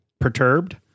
perturbed